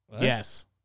yes